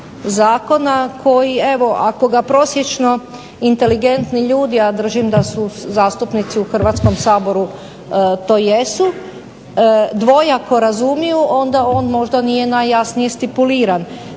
zakona koji evo ako ga prosječno inteligentni ljudi, a držim da zastupnici u Hrvatskom saboru to jesu, dvojako razumiju onda on možda nije najjasnije stipuliran.